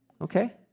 Okay